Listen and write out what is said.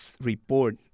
Report